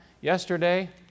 yesterday